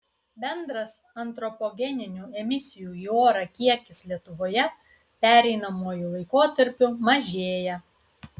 bendras antropogeninių emisijų į orą kiekis lietuvoje pereinamuoju laikotarpiu mažėja